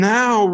now